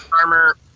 armor